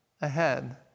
ahead